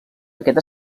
aquest